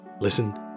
listen